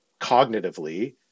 cognitively